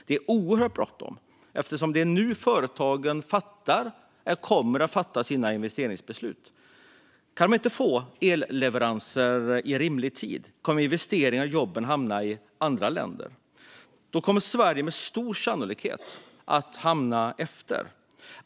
Det är oerhört bråttom eftersom det är nu företagen fattar sina investeringsbeslut. Om de inte kan få elleveranser i rimlig tid kommer investeringarna och jobben att hamna i andra länder, och då kommer Sverige med stor sannolikhet att hamna efter.